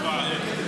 להתנגד.